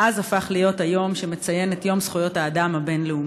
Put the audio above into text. מאז זה הפך להיות היום שבו מצוין יום זכויות האדם הבין-לאומי.